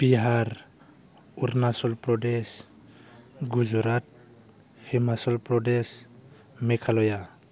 Bihar Arunachal Pradesh Gujarat Himachal Pradesh Meghalaya